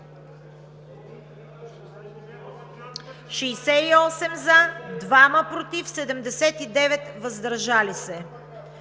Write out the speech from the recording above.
1 за, 2 против, 76 въздържали се,